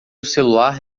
celular